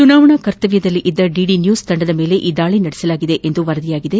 ಚುನಾವಣಾ ಕರ್ತವ್ಲದಲ್ಲಿದ್ದ DD news ತಂಡದ ಮೇಲೆ ಈ ದಾಳಿ ನಡೆಸಲಾಗಿದೆ ಎಂದು ವರದಿಯಾಗಿದೆ